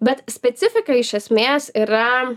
bet specifika iš esmės yra